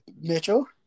Mitchell